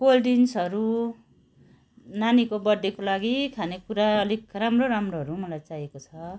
cold ड्रिङ्क्सहरू नानीको बर्थडेको लागि खाने कुरा अलिक राम्रो राम्रोहरू मलाई चाहिएको छ